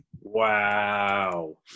Wow